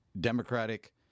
democratic